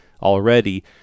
already